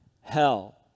hell